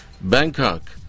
Bangkok